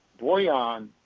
Boyan